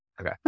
Okay